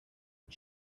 and